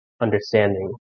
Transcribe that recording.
understanding